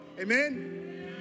Amen